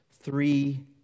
Three